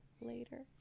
later